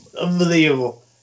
Unbelievable